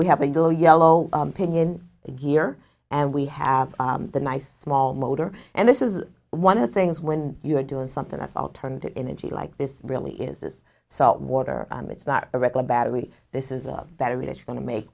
we have a little yellow pinion gear and we have a nice small motor and this is one of the things when you're doing something that's alternative energy like this really is salt water it's not a regular battery this is a better religion going to make